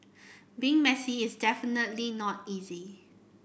being messy is definitely not easy